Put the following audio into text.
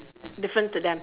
different to them